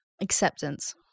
Acceptance